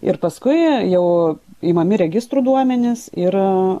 ir paskui jau imami registrų duomenys ir